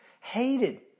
hated